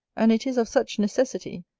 and it is of such necessity,